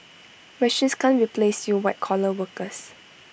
machines can't replace you white collar workers